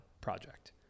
project